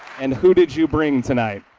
and who did you bring tonight?